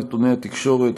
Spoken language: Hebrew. נתוני תקשורת),